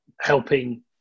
helping